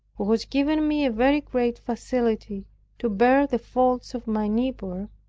who has given me a very great facility to bear the faults of my neighbor,